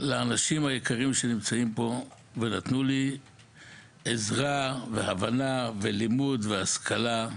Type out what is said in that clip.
לאנשים היקרים הנמצאים פה ונתנו לי עזרה והבנה ולימוד והשכלה,